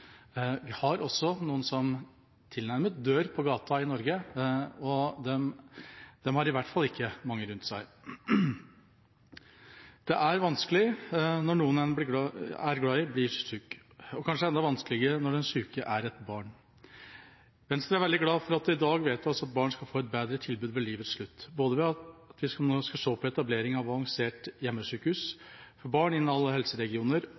Det er også noen som tilnærmet dør på gata i Norge, og de har i hvert fall ikke mange hos seg. Det er vanskelig når noen en er glad i, blir syke, og kanskje enda vanskeligere når den syke er et barn. Venstre er veldig glad for at det i dag vedtas at barn skal få et bedre tilbud ved livets slutt, ved at vi nå skal se på både etableringen av Avansert hjemmesykehus for barn innen alle helseregioner